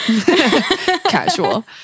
casual